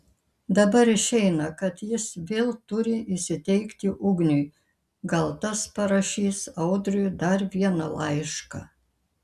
dabar išeina kad jis vėl turi įsiteikti ugniui gal tas parašys audriui dar vieną laišką